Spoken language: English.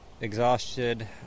exhausted